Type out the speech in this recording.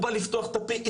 הוא בא לפתוח את הפה,